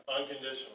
Unconditional